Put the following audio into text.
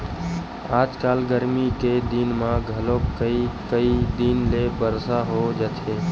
आजकल गरमी के दिन म घलोक कइ कई दिन ले बरसा हो जाथे